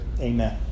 Amen